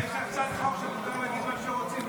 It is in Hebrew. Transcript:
יש הצעת חוק שמותר להגיד מה שרוצים,